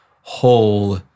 whole